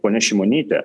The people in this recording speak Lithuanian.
ponia šimonytė